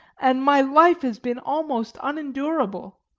and my life has been almost unendurable.